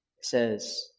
says